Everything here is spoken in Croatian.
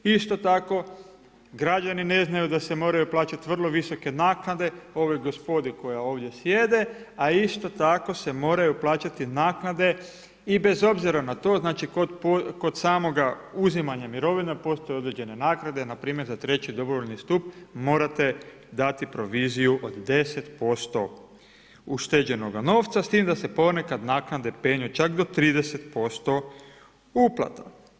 Isto tako, građani ne znaju da se moraju plaćati vrlo visoke naknade ovoj gospodi koja ovdje sjede, a isto tako se moraju plaćati naknade i bez obzira na to, znači kod samoga uzimanja mirovina postoje određene naknade npr. za treći dobrovoljni stup morate dati proviziju od 10% ušteđenoga novca, s tim da se ponekad naknade penju čak do 30% uplata.